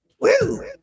Woo